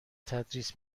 تدریس